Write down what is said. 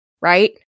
right